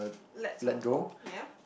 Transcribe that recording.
let someone go ya